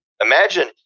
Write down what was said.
Imagine